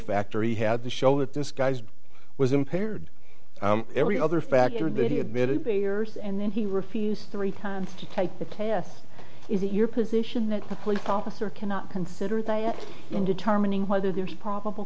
factor he had to show that this guy's was impaired every other factor that he admitted pierce and then he refused three times to take the test is it your position that a police officer cannot consider that in determining whether there's probable